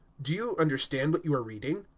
do you understand what you are reading?